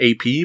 AP